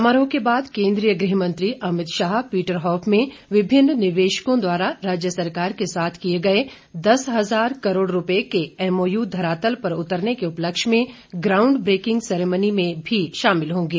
समारोह के बाद केंद्रीय गृहमंत्री पीटरहॉफ में विभिन्न निवेशकों द्वारा राज्य सरकार के साथ किए गए दस हजार करोड़ रुपए के एमओयू धरातल पर उतरने के उपलक्ष्य में ग्राउंड ब्रेकिंग सेरेमनी मेंभी शामिल होंगे